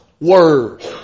Word